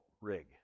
rig